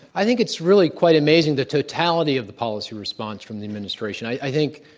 i think it's really quite amazing the totality of the policy response from the administration, i think,